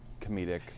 comedic